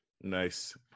Nice